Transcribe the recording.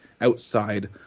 outside